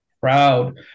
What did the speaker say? proud